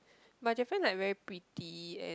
but Japan like very pretty and